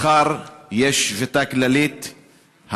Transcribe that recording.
מחר יש שביתה כללית.